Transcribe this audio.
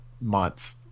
months